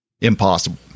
impossible